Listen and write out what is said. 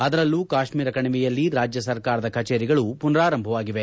ಅದರಲ್ಲೂ ಕಾಶ್ವೀರ ಕಣಿವೆಯಲ್ಲಿ ರಾಜ್ಣ ಸರ್ಕಾರದ ಕಚೇರಿಗಳು ಪುನರಾಂಭವಾಗಿವೆ